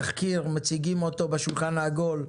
תחקיר שמציגים אותו בשולחן העגול,